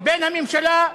בין הממשלה,